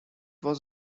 was